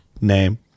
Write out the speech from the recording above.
name